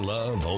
Love